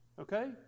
Okay